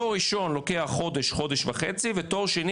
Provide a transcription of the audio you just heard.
תואר ראשון לוקח חודש-חודש וחצי ותואר שני